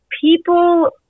people